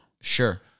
Sure